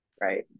Right